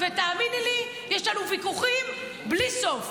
ותאמינו לי, יש לנו ויכוחים בלי סוף.